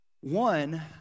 One